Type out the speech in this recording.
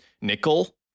nickel